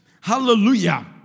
Hallelujah